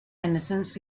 innocence